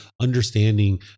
understanding